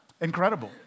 Incredible